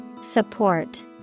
Support